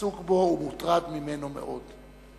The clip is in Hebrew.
עסוק בו ומוטרד ממנו מאוד.